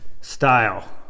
style